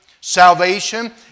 Salvation